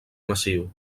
massiu